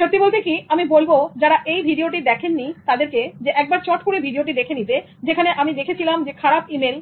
সত্যি বলতে কি আমি বলব যারা ওই ভিডিওটি দেখেননি তাদেরকে একবার চট করে ভিডিওটা দেখে নিতে যেখানে আমি দেখেছিলাম খারাপ ই মেইল